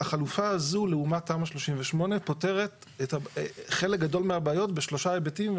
החלופה הזו לעומת תמ"א 38 פותרת חלק גדול מהבעיות בשלושה היבטים: